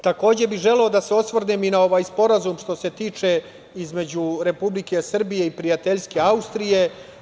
Takođe bih želeo i da se osvrnem i na ovaj Sporazum između Republike Srbije i prijateljske Austrije.